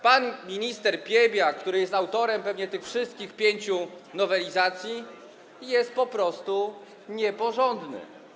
Pan minister Piebiak, który pewnie jest autorem tych wszystkich pięciu nowelizacji, jest po prostu nieporządny.